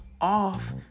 off